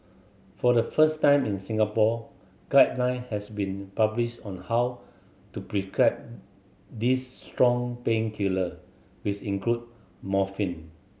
for the first time in Singapore guideline has been published on how to prescribe these strong painkiller with include morphine